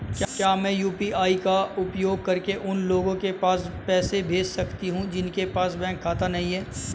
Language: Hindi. क्या मैं यू.पी.आई का उपयोग करके उन लोगों के पास पैसे भेज सकती हूँ जिनके पास बैंक खाता नहीं है?